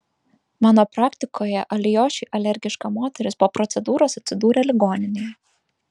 mano praktikoje alijošiui alergiška moteris po procedūros atsidūrė ligoninėje